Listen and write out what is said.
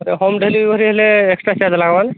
ଆର୍ home delivery ହେଲେ extra charge ଲାଗିବ